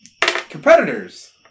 competitors